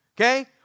okay